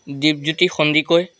Dwipjyoti Sandikoi